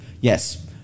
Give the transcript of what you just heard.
Yes